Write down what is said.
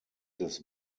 des